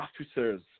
officers